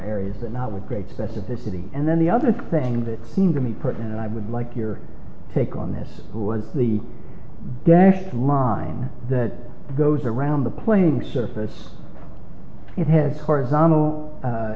areas but not with great specificity and then the other thing that seemed to be part and i would like your take on this was the best line that goes around the playing surface it has horizontal a